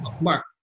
Mark